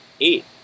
eight